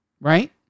Right